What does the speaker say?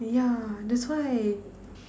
ya that's why